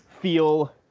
feel